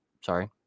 sorry